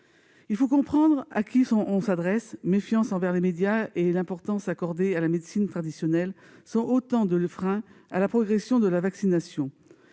Il faut comprendre à qui l'on s'adresse. La méfiance envers les médias et l'importance accordée à la médecine traditionnelle sont autant de freins à la progression de la vaccination.